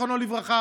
זיכרונו לברכה,